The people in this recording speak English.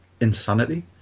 insanity